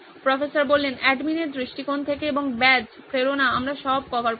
professor অ্যাডমিনের দৃষ্টিকোণ থেকে এবং ব্যাজ প্রেরণা আমরা সব কভার করেছি